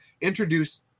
Introduce